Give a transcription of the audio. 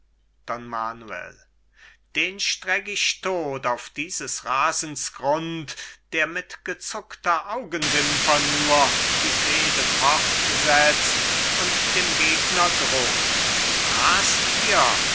manuel den streck ich todt auf dieses rasens grund der mit gezuckter augenwimper nur die fehde fortsetzt und dem gegner droht rast ihr